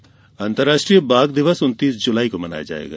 बाघ दिवस अंतर्राष्ट्रीय बाघ दिवस उनतीस जुलाई को मनाया जायेगा